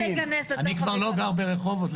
אני כבר לא גר ברחובות.